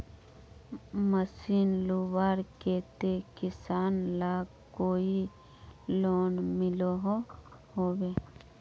Machine लुबार केते किसान लाक कोई लोन मिलोहो होबे?